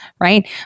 right